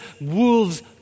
wolves